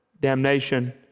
damnation